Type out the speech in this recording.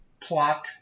plot